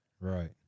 Right